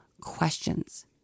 questions